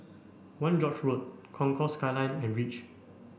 One George road Concourse Skyline and Reach